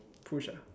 push ah